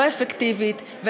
לא אפקטיבית,